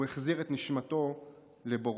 הוא החזיר את נשמתו לבוראה.